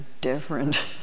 different